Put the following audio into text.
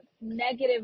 negative